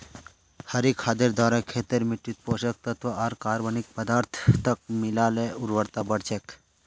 हरी खादेर द्वारे खेतेर मिट्टित पोषक तत्त्व आर कार्बनिक पदार्थक मिला ल उर्वरता बढ़ छेक